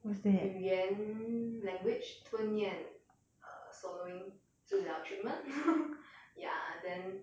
语言 language 吞咽 err swallowing 治疗 treatment ya then